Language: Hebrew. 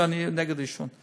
ואני נגד עישון,